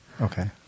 Okay